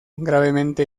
gravemente